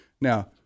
Now